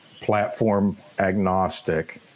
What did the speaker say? platform-agnostic